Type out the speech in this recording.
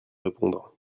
répondre